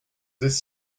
this